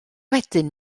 wedyn